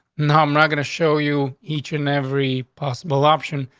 no, i'm not gonna show you each and every possible option,